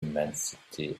immensity